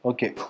Okay